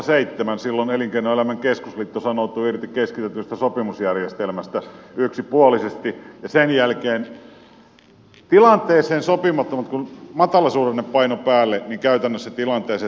silloin elinkeinoelämän keskusliitto sanoutui irti keskitetystä sopimusjärjestelmästä yksipuolisesti ja sen jälkeen käytännössä tilanteeseen sopimattomat palkankorotukset kun matalasuhdanne painoi päälle tulivat siihen päälle